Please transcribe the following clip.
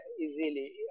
easily